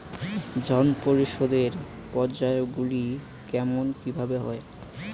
ঋণ পরিশোধের পর্যায়গুলি কেমন কিভাবে হয়?